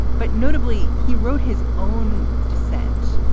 but notably he wrote his own dissent.